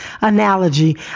analogy